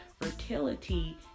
Fertility